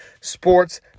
Sports